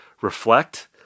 reflect